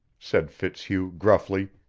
said fitzhugh gruffly,